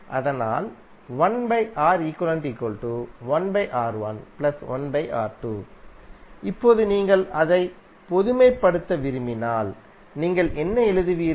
அதனால் இப்போது நீங்கள் அதை பொதுமைப்படுத்த விரும்பினால் நீங்கள் என்ன எழுதுவீர்கள்